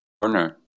corner